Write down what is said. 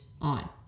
on